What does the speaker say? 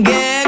Get